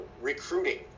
recruiting